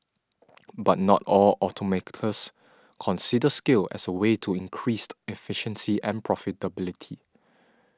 but not all automakers consider scale as a way to increased efficiency and profitability